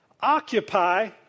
occupy